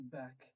back